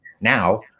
now